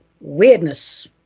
weirdness